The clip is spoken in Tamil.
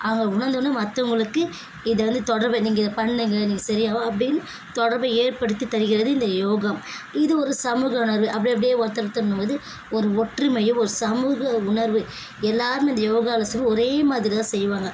அவங்க உணர்ந்தோடனே மற்றவங்களுக்கு இதை வந்து தொடர்பு நீங்கள் இதை பண்ணுங்கள் நீங்கள் சரியாகும் அப்படின்னு தொடர்பை ஏற்படுத்தி தருகிறது இந்த யோகா இது ஒரு சமூக உணர்வு அப்டியே அப்டியே ஒருத்தர் ஒருத்தருன்னும்போது ஒரு ஒற்றுமையும் ஒரு சமூக உணர்வு எல்லோருமே இந்த யோகாவில் ஒரே மாதிரி தான் செய்வாங்க